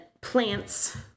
plants